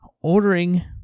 Ordering